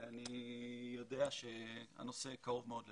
ואני יודע שהנושא קרוב מאוד לליבה.